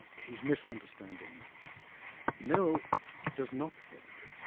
he's misunderstanding. mill mill does not think,